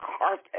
carpet